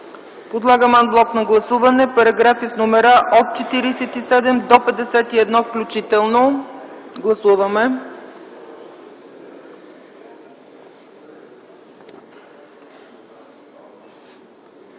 Подлагам ан блок на гласуване параграфите с номера от 47 до 51 включително. Гласували